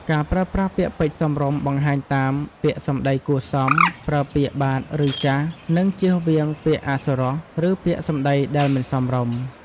ការប្រើប្រាស់ពាក្យពេចន៍សមរម្យបង្ហាញតាម ពាក្យសំដីគួរសម ប្រើពាក្យបាទឫចាស៎ និងជៀសវាងពាក្យអសុរោះ ឬពាក្យសម្ដីដែលមិនសមរម្យ។